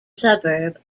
suburb